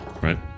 Right